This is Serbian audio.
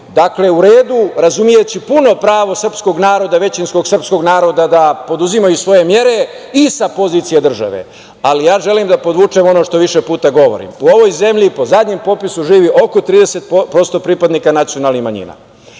dakle, u redu, razumeći puno pravo većinskog srpskog naroda da preduzimaju svoje mere i sa pozicija države, ali ja želim da podvučem ono što više puta govorim, u ovoj zemlji, po poslednjem popisu živi oko 30% pripadnika nacionalnih manjina.